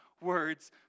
words